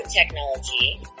technology